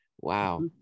wow